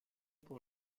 pour